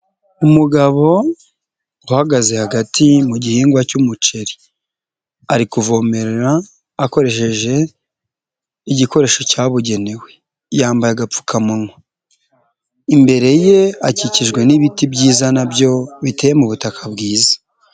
Umugabo uhagaze hagati mu gihingwa cy'umuceri, ari kuvomere akoresheje igikoresho cyabugenewe, yambaye agapfukamunwa, imbere ye akikijwe n'ibiti byiza na byo biteye mu butaka bwiza.